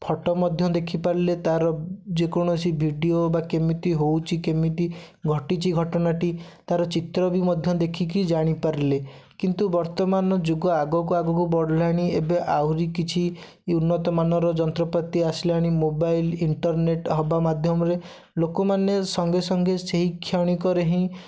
photo ମଧ୍ୟ ଦେଖିପାରିଲେ ତାର ଯେକୌଣସି ଭିଡ଼ିଓ ବା କେମିତି ହଉଛି କେମିତି ଘଟିଛି ଘଟଣାଟି ତାର ଚିତ୍ରବି ମଧ୍ୟ ଦେଖିକି ଜାଣିପାରିଲେ କିନ୍ତୁ ବର୍ତ୍ତମାନ ଯୁଗ ଆଗକୁ ଆଗକୁ ବଢ଼ିଲାଣି ଏବେ ଆହୁରି କିଛି ଉନ୍ନତମାନର ଯନ୍ତ୍ରପାତି ଆସିଲାଣି ମୋବାଇଲ ଇଣ୍ଟରନେଟ୍ ହବା ମାଧ୍ୟମରେ ଲୋକମାନେ ସଙ୍ଗେସଙ୍ଗେ ସେଇ କ୍ଷଣିକରେ ହିଁ